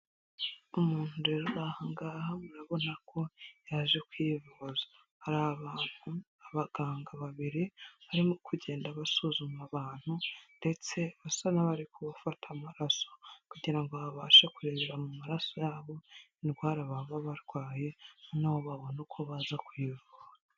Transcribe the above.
Umuntu rero uri aha ngaha murabona ko yaje kwivuza, hari abantu abaganga babiri, barimo kugenda basuzuma abantu ndetse basa n'abari kubafata amaraso kugira ngo babashe kureberaba mu maraso yabo indwara baba barwaye, noneho babone uko baza kuyivura.